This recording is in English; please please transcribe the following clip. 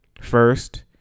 first